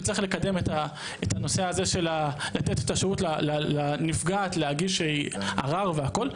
וצריך לקדם את הנושא הזה של לתת את השהות לנפגעת להגיש ערר והכול,